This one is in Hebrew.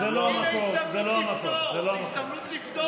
הינה, זאת הזדמנות לפתור את זה.